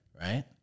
Right